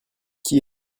qui